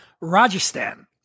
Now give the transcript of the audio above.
Rajasthan